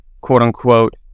quote-unquote